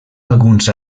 alguns